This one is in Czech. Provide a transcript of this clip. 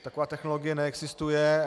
Taková technologie neexistuje.